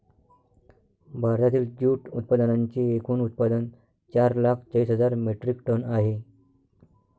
भारतातील जूट उत्पादनांचे एकूण उत्पादन चार लाख चाळीस हजार मेट्रिक टन आहे